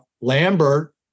Lambert